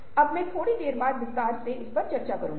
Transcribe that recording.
अब मैं थोड़ी देर बाद विस्तार से चर्चा करूंगा